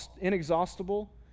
inexhaustible